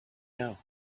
know